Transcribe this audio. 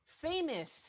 famous